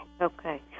Okay